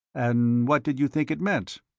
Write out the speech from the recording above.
and what did you think it meant?